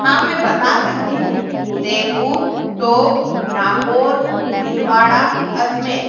हाँ मै बता सकती हूँ उदयपुर टोक नागौर भीलवाड़ा अजमेर